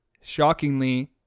shockingly